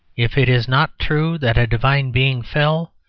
if it is not true that a divine being fell,